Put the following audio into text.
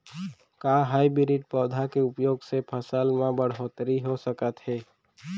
का हाइब्रिड पौधा के उपयोग से फसल म बढ़होत्तरी हो सकत हे?